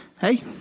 Hey